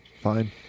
Fine